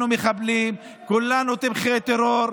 כולנו מחבלים, כולנו תומכי טרור.